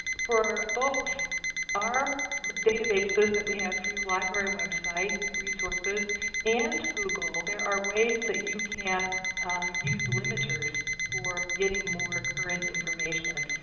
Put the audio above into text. for both our databases that we have through library website resources and google, there are ways that you can use limiters for getting more current information.